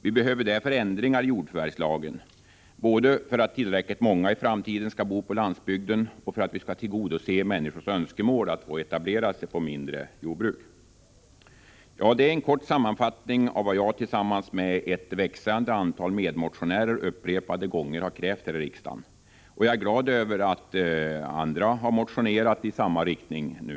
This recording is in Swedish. Vi behöver därför ändringar i jordförvärvslagen, både för att tillräckligt många i framtiden skall bo på landsbygden och för att tillgodose människors önskemål att etablera sig på mindre jordbruk. Detta är en kort sammanfattning av vad jag tillsammans med ett växande antal medmotionärer upprepade gånger krävt här i riksdagen, och jag är glad över att även andra numera motionerar i samma riktning.